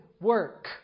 work